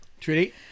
Trudy